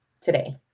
today